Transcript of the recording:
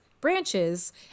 branches